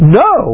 no